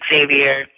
Xavier